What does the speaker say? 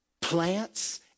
plants